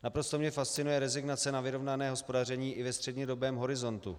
Naprosto mě fascinuje rezignace na vyrovnané hospodaření i ve střednědobém horizontu.